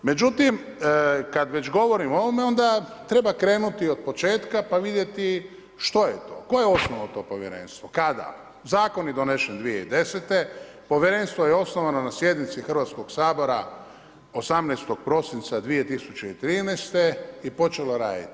Međutim kad već govorimo o ovome, onda treba krenuti od početka pa vidjeti što je to, tko je osnovao to povjerenstvo, kada, zakon je donesen 2010., povjerenstvo je osnovano na sjednici Hrvatskoga sabora 18. prosinca 2013. i počelo raditi.